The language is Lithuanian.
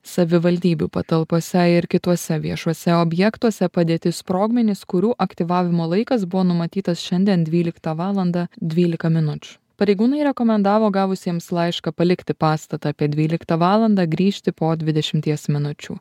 savivaldybių patalpose ir kituose viešuose objektuose padėti sprogmenys kurių aktyvavimo laikas buvo numatytas šiandien dvyliktą valandą dvylika minučių pareigūnai rekomendavo gavusiems laišką palikti pastatą apie dvyliktą valandą grįžti po dvidešimties minučių